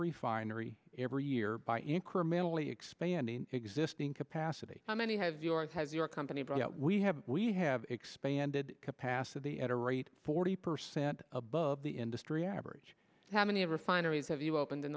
refinery every year by incrementally expanding existing capacity how many have yours has your company but we have we have expanded capacity at a rate forty percent above the industry average how many refineries have you opened in